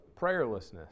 prayerlessness